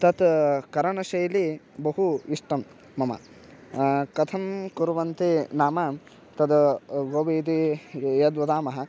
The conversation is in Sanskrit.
तत् करणशैली बहु इष्टं मम कथं कुर्वन्ति नाम तद् गोबि इति यद् वदामः